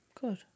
Good